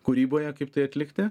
kūryboje kaip tai atlikti